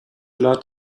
lot